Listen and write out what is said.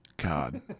God